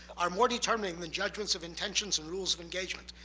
are more determining than judgments of intentions and rules of engagement.